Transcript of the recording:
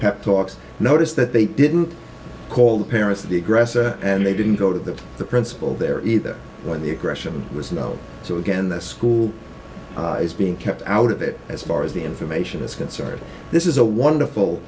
pep talks noticed that they didn't call the parents the aggressor and they didn't go to the principal there either when the aggression was no so again the school is being kept out of it as far as the information is concerned this is a wonderful